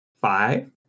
five